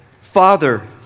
Father